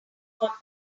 combat